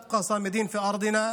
תקופה קשה מאוד בימים אלו.